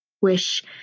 wish